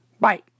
Bye